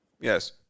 Yes